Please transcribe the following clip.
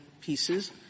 pieces